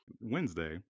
Wednesday